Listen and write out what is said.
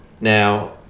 Now